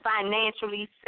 financially